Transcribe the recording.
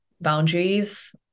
boundaries